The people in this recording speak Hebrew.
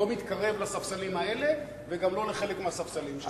לא מתקרב לספסלים האלה וגם לא לחלק מהספסלים שם.